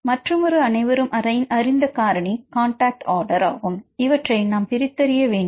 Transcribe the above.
மற்றுமொரு அனைவரும் அறிந்த காரணி காண்டாக்ட் ஆர்டர் ஆகும் இவற்றை நாம் பிரித்தறிய வேண்டும்